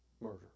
murder